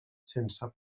sense